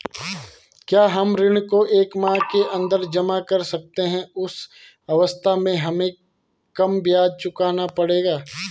क्या हम ऋण को एक माह के अन्दर जमा कर सकते हैं उस अवस्था में हमें कम ब्याज चुकाना पड़ेगा?